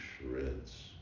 shreds